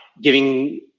giving